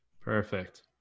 Perfect